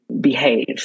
behave